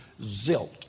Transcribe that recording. zilt